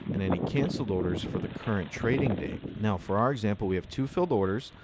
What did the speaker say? and any canceled orders for the current trading day. now, for our example, we have two filled orders.